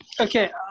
okay